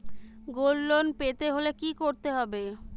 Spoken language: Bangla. গোল্ড লোন পেতে হলে কি করতে হবে?